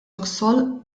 luxol